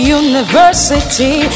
university